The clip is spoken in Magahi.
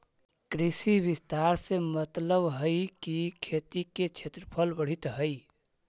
कृषि विस्तार से मतलबहई कि खेती के क्षेत्रफल बढ़ित हई